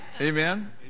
Amen